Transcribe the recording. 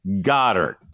Goddard